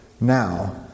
now